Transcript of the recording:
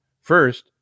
First